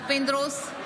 פינדרוס,